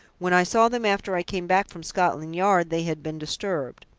when i saw them after i came back from scotland yard they had been disturbed.